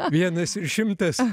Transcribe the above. vienas ir šimtas